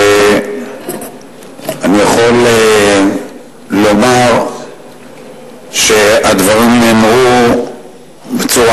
ואני יכול לומר שהדברים נאמרו בצורה